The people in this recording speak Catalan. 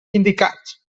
indicats